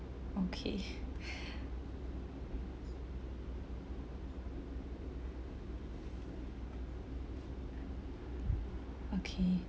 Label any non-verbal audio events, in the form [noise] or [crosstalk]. okay [breath] okay